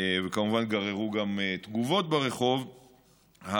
וכמובן גם גררו תגובות ברחוב,